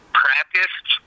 practiced